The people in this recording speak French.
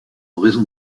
raison